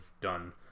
done